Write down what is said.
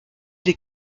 des